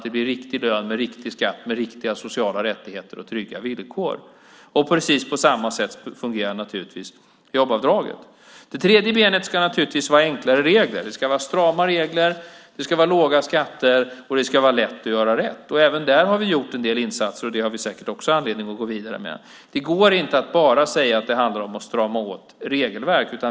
Det blir riktig lön med riktig skatt, riktiga sociala rättigheter och trygga villkor. Precis på samma sätt fungerar naturligtvis jobbavdraget. Det tredje benet ska naturligtvis vara enklare regler. Det ska vara strama regler, låga skatter och lätt att göra rätt. Även där har vi gjort en del insatser. Det har vi säkert också anledning att gå vidare med. Det går inte att bara säga att det handlar om att strama åt regelverk.